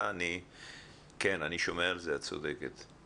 אני מאוד מבקש ממך ותגידי לי אם זה אפשרי.